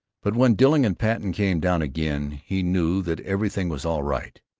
but when dilling and patten came down again he knew that everything was all right,